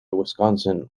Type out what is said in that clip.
wisconsin